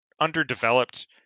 underdeveloped